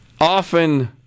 often